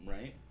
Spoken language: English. Right